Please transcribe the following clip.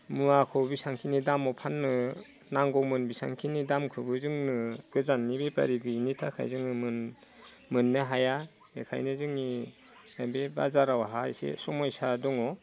मुवाखौ बेसांखिनि दामाव फाननो नांगौमोन बेसांखिनि दामखौबो जोङो गोजाननि बेफारि गैयिनि थाखायनो जों मोननो हाया एखायनो जोंनि बे बाजारावहा एसे समस्या दङ